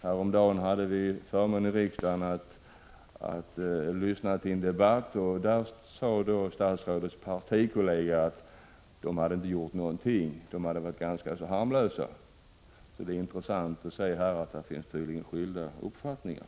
Häromdagen hade vi här i riksdagen förmånen att lyssna till en debatt där statsrådets partikollega sade att de inte hade gjort någonting alls utan varit ganska harmlösa. Det är intressant att se att det tydligen finns skilda uppfattningar.